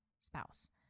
spouse